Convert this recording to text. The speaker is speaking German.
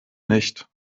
nicht